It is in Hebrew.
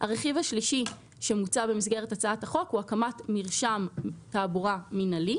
הרכיב השלישי שמוצע במסגרת הצעת החוק הוא הקמת מרשם תעבורה מינהלי,